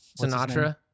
Sinatra